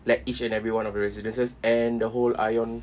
like each and every one of the residences and the whole ion